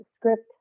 script